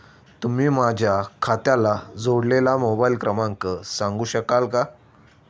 तुम्ही माझ्या खात्याला जोडलेला मोबाइल क्रमांक सांगू शकाल का?